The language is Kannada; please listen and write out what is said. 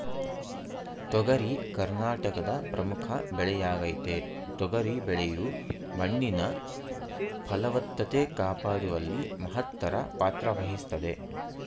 ತೊಗರಿ ಕರ್ನಾಟಕದ ಪ್ರಮುಖ ಬೆಳೆಯಾಗಯ್ತೆ ತೊಗರಿ ಬೆಳೆಯು ಮಣ್ಣಿನ ಫಲವತ್ತತೆ ಕಾಪಾಡುವಲ್ಲಿ ಮಹತ್ತರ ಪಾತ್ರವಹಿಸ್ತದೆ